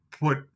put